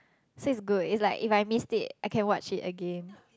so it's good it's like if I missed it I can watch it again